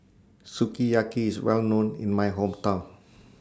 Sukiyaki IS Well known in My Hometown